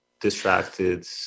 distracted